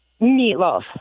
Meatloaf